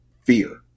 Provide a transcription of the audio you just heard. fear